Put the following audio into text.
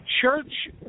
church